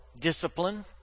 discipline